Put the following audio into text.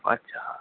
अच्छा